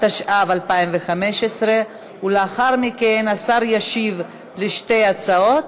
התשע"ו 2015, ולאחר מכן השר ישיב על שתי ההצעות.